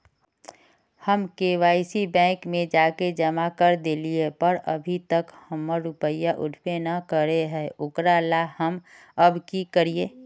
हम KYC bank में जाके जमा कर देलिए पर अभी तक हमर रुपया उठबे न करे है ओकरा ला हम अब की करिए?